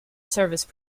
service